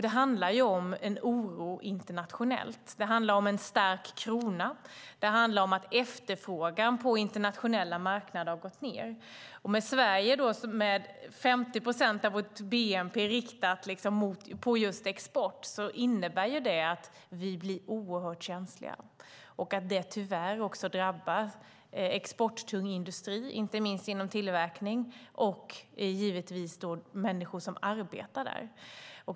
Det handlar om en oro internationellt, det handlar om en stark krona, och det handlar om att efterfrågan på internationella marknader har minskat. För Sverige med 50 procent av sitt bnp inriktat på just export innebär det att det blir oerhört känsligt. Det drabbar tyvärr också exporttung industri, inte minst inom tillverkning, och givetvis människor som arbetar där.